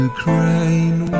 Ukraine